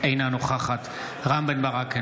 אינה נוכחת רם בן ברק,